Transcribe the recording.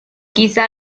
quizá